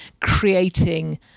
creating